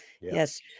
Yes